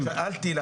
אבל שאלתי,